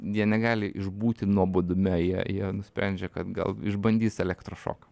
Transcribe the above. jie negali išbūti nuobodume jie jie nusprendžia kad gal išbandys elektrošoką